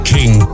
King